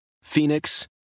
Phoenix